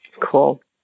Cool